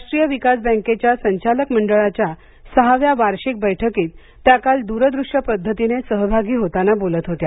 राष्ट्रीय विकास बँकेच्या संचालक मंडळाच्या सहाव्या वार्षिक बैठकीत त्या काल दूरदृष्य पद्धतीने सहभागी होताना बोलत होत्या